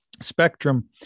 spectrum